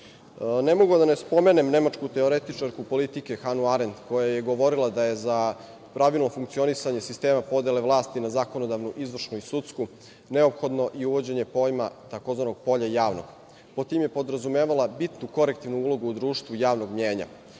mogu, a da ne spomenem nemačku teoretičarku politike Hanu Arent koja je govorila da je za pravilno funkcionisanje sistema podele vlasti na zakonodavnu, izvršnu i sudsku neophodno i uvođenje pojma tzv. polja javno. Pod tim je podrazumela bitnu korektivnu ulogu u društvu javnom mnjenja.